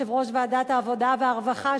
יושב-ראש ועדת העבודה והרווחה,